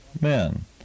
men